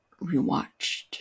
rewatched